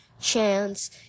chance